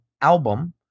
album